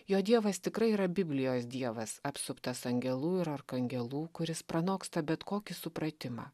jo dievas tikrai yra biblijos dievas apsuptas angelų ir arkangelų kuris pranoksta bet kokį supratimą